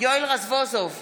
יואל רזבוזוב,